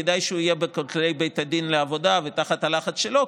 כדאי שהוא יהיה בין כותלי בית הדין לעבודה ותחת הלחץ שלו,